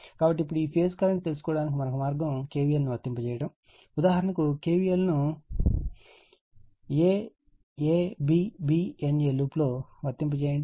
కాబట్టి ఇప్పుడు ఈ ఫేజ్ కరెంట్ తెలుసుకోవడానికి మరొక మార్గం KVL ను వర్తింపచేయడం ఉదాహరణకు KVL ను aABbna లూప్ లో వర్తింప చేయండి